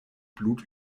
blut